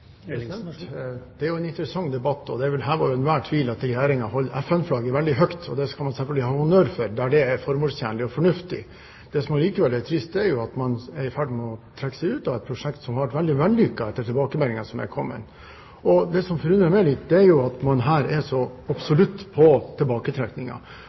en interessant debatt. Det er vel hevet over enhver tvil at Regjeringen holder FN-flagget veldig høyt. Det skal man selvfølgelig ha honnør for der det er formålstjenlig og fornuftig. Det som likevel er trist, er at man er i ferd med å trekke seg ut av et prosjekt som har vært veldig vellykket, etter de tilbakemeldingene som har kommet. Det som forundrer meg litt, er at man er så